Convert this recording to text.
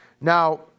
Now